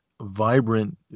vibrant